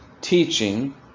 teaching